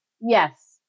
Yes